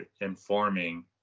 informing